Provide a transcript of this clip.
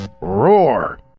Roar